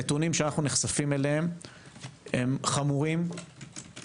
הנתונים שאנו נחשפים אליהם הם נתונים של בין עולים בהתאם למקום חמורים,